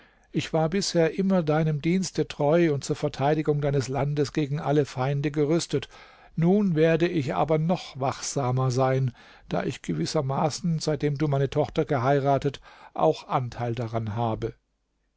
ich war bisher immer deinem dienste treu und zur verteidigung deines landes gegen alle feinde gerüstet nun werde ich aber noch wachsamer sein da ich gewissermaßen seitdem du meine tochter geheiratet auch anteil daran habe